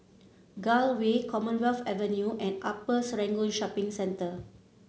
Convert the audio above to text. Gul Way Commonwealth Avenue and Upper Serangoon Shopping Center